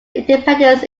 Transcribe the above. independence